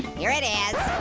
here it is.